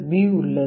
B உள்ளது